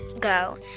go